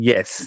Yes